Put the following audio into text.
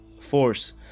force